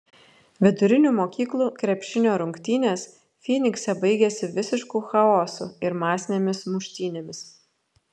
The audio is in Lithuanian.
vidurinių mokyklų krepšinio rungtynės fynikse baigėsi visišku chaosu ir masinėmis muštynėmis